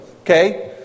Okay